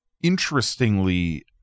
interestingly